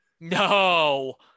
No